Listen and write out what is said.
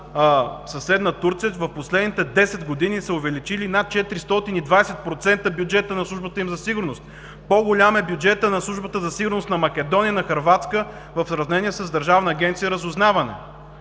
съседна Турция. През последните 10 години са увеличили над 420% бюджета на Службата им за сигурност, по голям е бюджетът на Службата за сигурност на Македония, на Хърватска в сравнение с Държавна агенция „Разузнаване“.